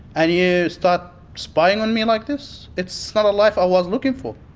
and you start spying on me like this? it's not a life i was looking for.